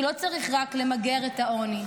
כי לא צריך רק למגר את העוני,